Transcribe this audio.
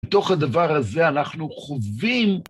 בתוך הדבר הזה אנחנו חווים...